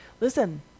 Listen